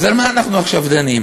אז על מה אנחנו עכשיו דנים?